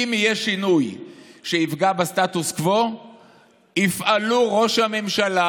"אם יהיה שינוי שיפגע בסטטוס קוו יפעלו ראש הממשלה"